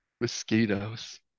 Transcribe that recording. Mosquitoes